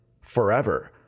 forever